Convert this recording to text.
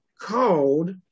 called